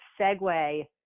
segue